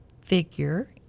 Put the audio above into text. figure